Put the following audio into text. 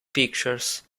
pictures